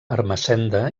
ermessenda